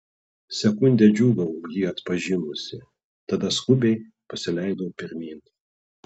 sekundę džiūgavau jį atpažinusi tada skubiai pasileidau pirmyn